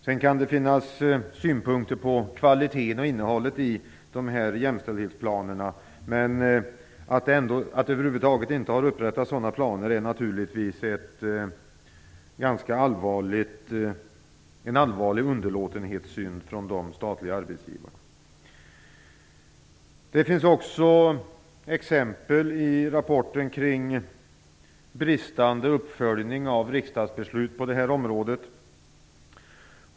Sedan kan det finnas synpunkter på kvaliteten och innehållet i dessa jämställdhetsplaner, men att över huvud taget inte ha upprättat sådana planer är naturligtvis en ganska allvarlig underlåtenhetssynd från de statliga arbetsgivarna. Det finns också exempel i rapporten på bristande uppföljning av riksdagsbeslut på det här området.